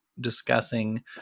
discussing